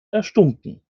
erstunken